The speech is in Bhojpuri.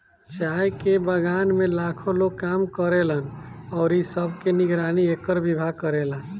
चाय के बगान में लाखो लोग काम करेलन अउरी इ सब के निगरानी एकर विभाग करेला